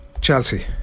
Chelsea